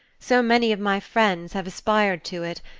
so many of my friends have aspired to it,